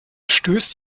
stößt